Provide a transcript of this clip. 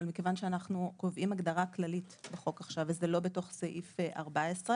אבל מכיוון שאנחנו קובעים הגדרה כללית לחוק עכשיו וזה לא בתוך סעיף 14,